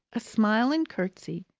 a smile and curtsy,